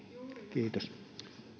kiitos